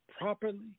properly